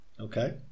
Okay